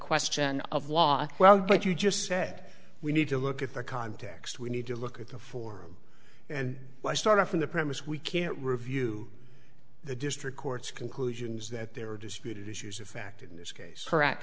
question of law well what you just said we need to look at the context we need to look at the form and start from the premise we can't review the district court's conclusions that there are disputed issues of fact in this case correct